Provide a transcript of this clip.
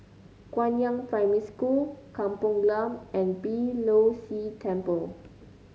Guangyang Primary School Kampong Glam and Beeh Low See Temple